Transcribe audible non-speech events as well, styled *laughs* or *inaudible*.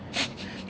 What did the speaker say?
*laughs*